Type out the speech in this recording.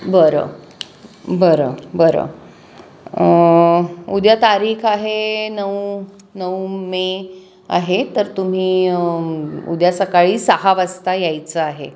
बरं बरं बरं उद्या तारीख आहे नऊ नऊ मे आहे तर तुम्ही उद्या सकाळी सहा वाजता यायचं आहे